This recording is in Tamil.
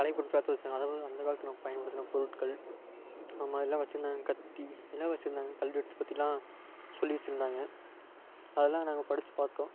கலைப் பொருட்களாக எடுத்து வைச்சாங்க அதாவது அந்த காலத்தில் நம்ம பயன்படுத்தின பொருட்கள் ஆமாம் அதலாம் வெச்சுருந்தாங்க கத்தி எல்லாம் வெச்சுருந்தாங்க கல்வெட்டு பற்றிலாம் சொல்லி வெச்சுருந்தாங்க அதலாம் நாங்கள் படித்து பார்த்தோம்